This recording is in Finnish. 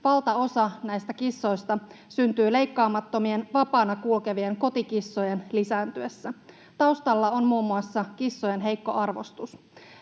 Valtaosa näistä kissoista syntyy leikkaamattomien, vapaana kulkevien kotikissojen lisääntyessä. Taustalla on muun muassa kissojen heikko arvostus.